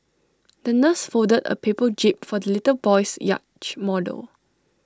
the nurse folded A paper jib for the little boy's yacht model